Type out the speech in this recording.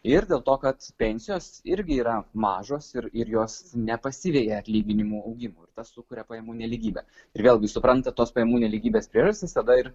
ir dėl to kad pensijos irgi yra mažos ir ir jos nepasiveja atlyginimų augimo ir tas sukuria pajamų nelygybę ir vėlgi suprantat tos pajamų nelygybės priežastis tada ir